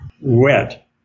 wet